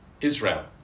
Israel